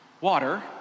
water